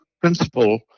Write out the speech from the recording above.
principle